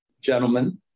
gentlemen